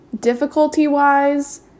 Difficulty-wise